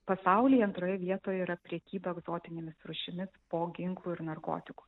pasaulyje antroje vietoje yra prekyba egzotinėmis rūšimis po ginklų ir narkotikų